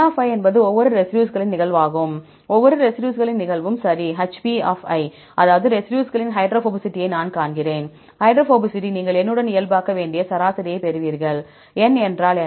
n என்பது ஒவ்வொரு ரெசிடியூஸ்களின் நிகழ்வாகும் ஒவ்வொரு ரெசிடியூஸ்களின் நிகழ்வும் சரி hp அதாவது ரெசிடியூஸ்களின் ஹைட்ரோபோபசிட்டியை நான் காண்கிறேன் ஹைட்ரோபோபசிட்டி நீங்கள் N உடன் இயல்பாக்க வேண்டிய சராசரியைப் பெறுவீர்கள் N என்றால் என்ன